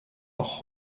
auch